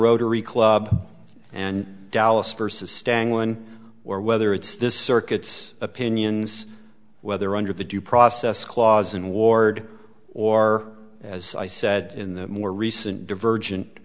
rotary club and dallas vs stang one or whether it's this circuit's opinions whether under the due process clause in ward or as i said in the more recent divergent